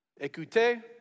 Écoutez